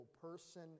person